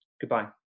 Goodbye